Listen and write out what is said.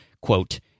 quote